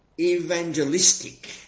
evangelistic